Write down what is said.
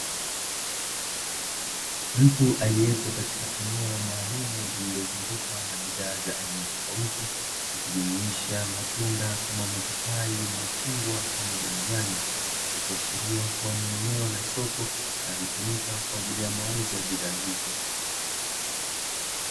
Mtu aliyepo katika eneo maalumu lililozungukwa na bidhaa za aina tofauti, likijumuisha matunda kama mapapai, machungwa pamoja na nyanya, likiashiria kuwa ni eneo la soko linalotumika kwa ajili ya mauzo ya bidhaa hizo.